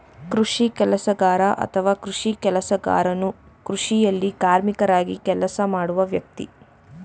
ಕೃಷಿ ಕೆಲಸಗಾರ ಅಥವಾ ಕೃಷಿ ಕೆಲಸಗಾರನು ಕೃಷಿಯಲ್ಲಿ ಕಾರ್ಮಿಕರಾಗಿ ಕೆಲಸ ಮಾಡುವ ವ್ಯಕ್ತಿ